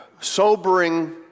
sobering